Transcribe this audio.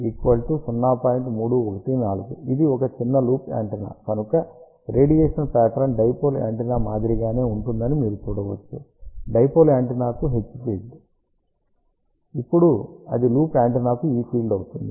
ఇది ఒక చిన్న లూప్ యాంటెన్నా కనుక రేడియేషన్ పాట్రన్ డైపోల్ యాంటెన్నా మాదిరిగానే ఉందని మీరు చూడవచ్చు డైపోల్ యాంటెన్నాకు H ఫీల్డ్ ఇప్పుడు అది లూప్ యాంటెన్నాకు E ఫీల్డ్ అవుతుంది